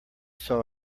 saw